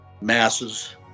masses